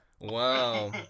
wow